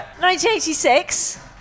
1986